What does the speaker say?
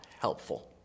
helpful